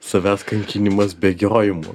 savęs kankinimas bėgiojimu